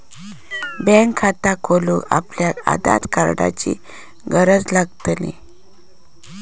bank खाता खोलूक आपल्याक आधार कार्डाची गरज लागतली